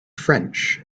french